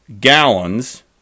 gallons